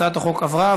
הצעת החוק עברה,